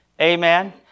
Amen